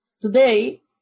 today